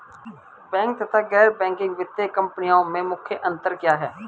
Bank तथा गैर banking वित्तीय कंपनियों में मुख्य अंतर क्या है?